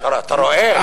אתה רואה.